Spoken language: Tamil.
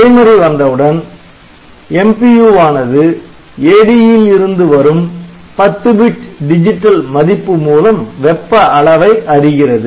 இடைமறி வந்தவுடன் MPU வானது AD இல் இருந்து வரும் 10 பிட் டிஜிட்டல் மதிப்பு மூலம் வெப்ப அளவை அறிகிறது